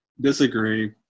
Disagree